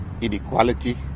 inequality